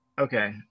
Okay